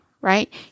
right